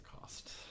cost